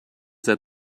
that